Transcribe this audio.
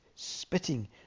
spitting